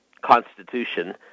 Constitution